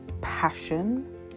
passion